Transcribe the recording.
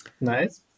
Nice